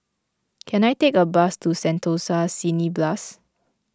can I take a bus to Sentosa Cineblast